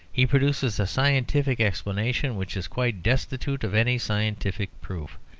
he produces a scientific explanation which is quite destitute of any scientific proof.